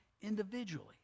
individually